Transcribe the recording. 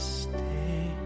stay